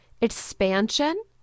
expansion